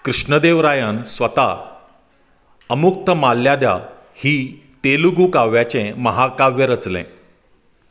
कृष्णदेव रायान स्वता अमुक्तमाल्यादा ही तेलुगू काव्याचें महाकाव्य रचलें